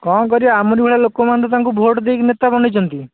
କ'ଣ କରିବା ଆମରି ଭଳିଆ ଲୋକମାନେ ତାଙ୍କୁ ଭୋଟ୍ ଦେଇକି ନେତା ବନେଇଛନ୍ତି